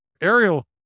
Ariel